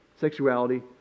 sexuality